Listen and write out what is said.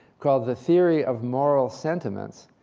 called the theory of moral sentiments.